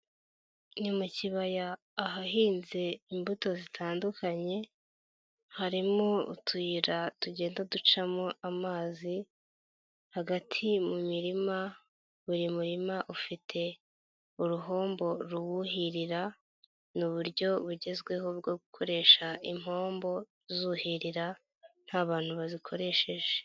Ni mu kibaya ahahinze imbuto zitandukanye harimo utuyira tugenda ducamo amazi hagati mu mirima buri murima ufite uruhumbu ruwuhirira ni uburyo bugezweho bwo gukoresha impombo zuhirira nta bantu bazikoresheje.